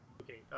Okay